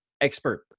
expert